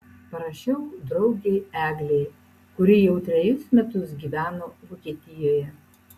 parašiau draugei eglei kuri jau trejus metus gyveno vokietijoje